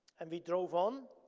and we drove on,